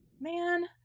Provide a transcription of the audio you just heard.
Man